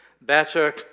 Better